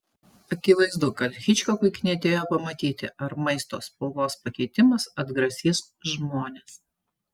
akivaizdu kad hičkokui knietėjo pamatyti ar maisto spalvos pakeitimas atgrasys žmones